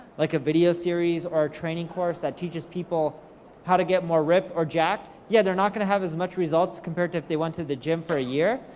like a video series, or a training course that teaches people how to get more ripped or jacked. yeah, they're not gonna have as much results compared to if they went to the gym for a year,